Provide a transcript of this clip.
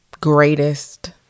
greatest